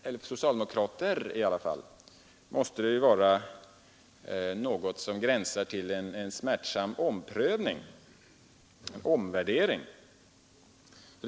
För socialdemokrater måste den dock gränsa till en smärtsam omvärdering.